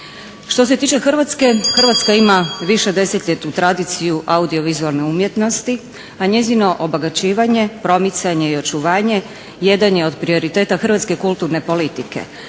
Što se tiče Hrvatske, Hrvatska ima višedesetljetnu tradiciju audiovizualne umjetnosti a njezino obogaćivanje, promicanje i očuvanje jedan je od prioriteta hrvatske kulturne politike